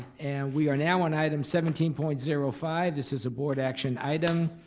and we are now on item seventeen point zero five, this is a board action item.